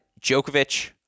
Djokovic